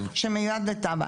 שמיועד לתמ"א.